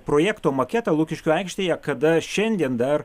projekto maketą lukiškių aikštėje kada šiandien dar